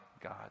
God